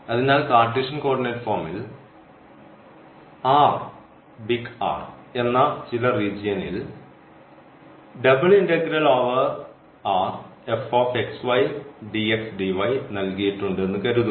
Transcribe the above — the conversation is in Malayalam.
അതിനാൽ കാർട്ടീഷ്യൻ കോർഡിനേറ്റ് ഫോമിൽ എന്ന ചില റീജിയനിൽ നൽകിയിട്ടുണ്ട് എന്ന് കരുതുക